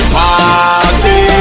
party